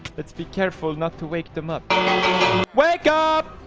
let's be careful not to wake them up wake up